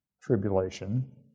tribulation